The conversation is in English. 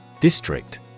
District